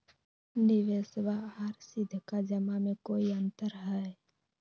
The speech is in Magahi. निबेसबा आर सीधका जमा मे कोइ अंतर हय?